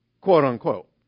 quote-unquote